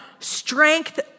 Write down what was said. strength